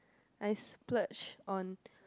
I splurge on